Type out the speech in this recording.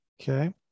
Okay